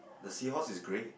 the seahorse is grey